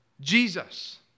Jesus